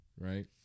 Right